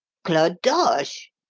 clodoche!